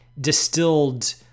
distilled